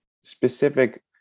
specific